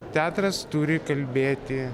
teatras turi kalbėti